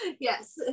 yes